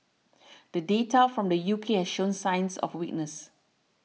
the data from the U K has shown signs of weakness